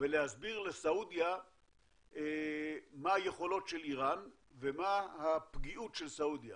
ולהסביר לסעודיה מה היכולות של אירן ומה הפגיעוּת של סעודיה